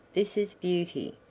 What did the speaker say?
this is beauty,